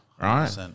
Right